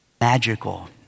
magical